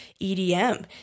EDM